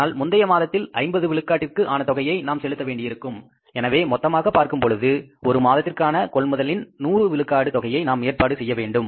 ஆனால் முந்தைய மாதத்தில் 50 விழுக்காட்டிற்கு ஆன தொகையையும் நாம் செலுத்த வேண்டியிருக்கும் எனவே மொத்தமாகப் பார்க்கும்போது ஒரு மாதத்திற்கான கொள்முதல் இன் 100 விழுக்காடு தொகையை நாம் ஏற்பாடு செய்ய வேண்டும்